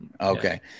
Okay